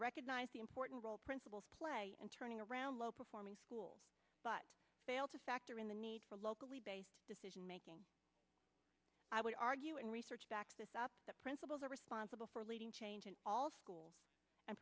recognised the important role principals play in turning around low performing schools but fail to factor in the need for a locally based decision making i would argue and research backs this up that principals are responsible for leading change in all schools and